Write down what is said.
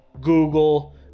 Google